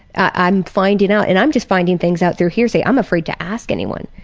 i'm finding out and i'm just finding things out through hearsay. i'm afraid to ask anyone,